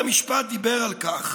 דיבר על כך